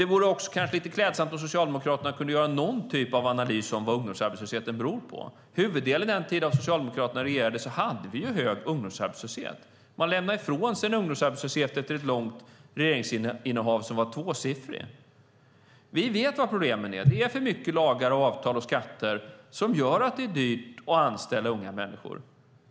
Det vore också klädsamt om Socialdemokraterna kunde göra någon typ av analys av vad ungdomsarbetslösheten beror på. Huvuddelen av den tid då Socialdemokraterna regerade hade vi hög ungdomsarbetslöshet. Man lämnade ifrån sig en ungdomsarbetslöshet som var tvåsiffrig efter ett långt regeringsinnehav. Vi vet vilka problemen är. Det är för mycket lagar, avtal och skatter, som gör att det är dyrt att anställa unga människor.